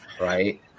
right